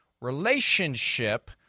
relationship